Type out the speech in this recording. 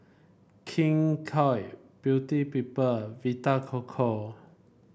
King Koil Beauty People Vita Coco